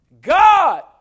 God